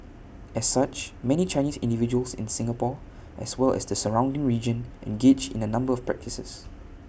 as such many Chinese individuals in Singapore as well as the surrounding region engage in A number of practices